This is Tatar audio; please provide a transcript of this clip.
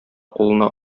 кулына